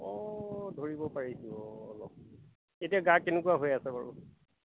অঁ ধৰিব পাৰিছোঁ অঁ অলপ এতিয়া গা কেনেকুৱা হৈ আছে বাৰু